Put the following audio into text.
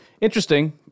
interesting